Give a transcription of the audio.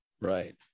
Right